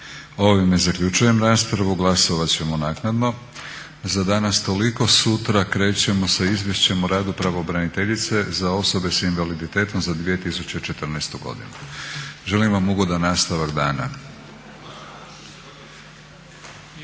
Ovime zaključujem raspravu. Glasovat ćemo naknadno. Za danas toliko. Sutra krećemo sa Izvješćem o radu pravobraniteljice za osobe s invaliditetom za 2014. godinu. Želim vam ugodan nastavak dana.